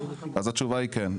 התשובה היא כן,